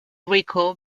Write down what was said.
rico